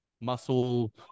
muscle